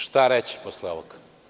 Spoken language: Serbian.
Šta reći posle ovoga?